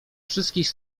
wszystkich